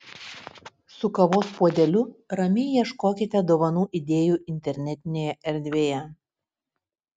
su kavos puodeliu ramiai ieškokite dovanų idėjų internetinėje erdvėje